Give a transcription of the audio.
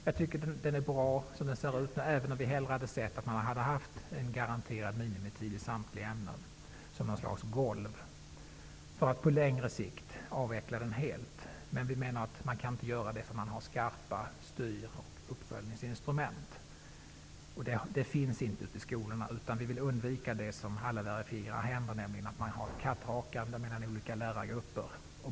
Jag tycker att den är bra som den ser ut, även om vi hellre hade sett att man hade haft en garanterad minimitid i samtliga ämnen som något slags golv, för att på längre sikt avveckla den helt. Vi anser emellertid att man inte bör göra det förrän man har skarpa styr och uppföljningsinstrument. Sådana finns inte i skolorna, och vi vill undvika ett kattrakande mellan olika lärargrupper.